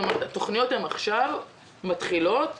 התוכניות מתחילות עכשיו,